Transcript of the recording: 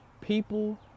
People